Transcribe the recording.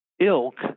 ilk